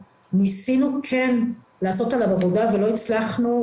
ניסינו כן לעשות עליו עבודה ולא הצלחנו,